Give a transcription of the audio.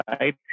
right